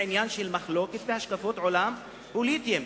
זה עניין של מחלוקת והשקפות עולם פוליטיות.